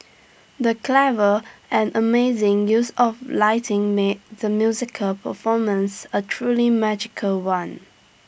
the clever and amazing use of lighting made the musical performance A truly magical one